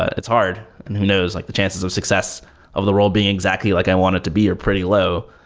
ah it's hard. and who knows? like the chances of success of the world being exactly like i want it to be are pretty low.